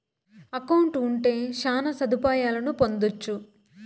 account ఉంటే శ్యాన సదుపాయాలను పొందొచ్చు